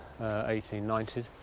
1890s